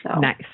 Nice